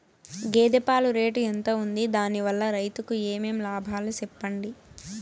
గేదె పాలు రేటు ఎంత వుంది? దాని వల్ల రైతుకు ఏమేం లాభాలు సెప్పండి?